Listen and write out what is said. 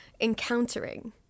encountering